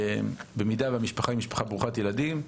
במידה והמשפחה היא משפחה ברוכת ילדים,